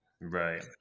Right